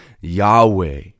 Yahweh